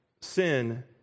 sin